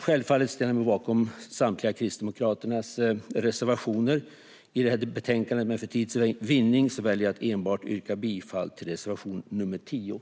Självfallet ställer jag mig bakom samtliga Kristdemokraternas reservationer i detta betänkande, men för tids vinnande väljer jag att yrka bifall enbart till reservation nr 13.